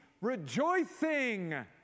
rejoicing